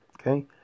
Okay